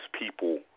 people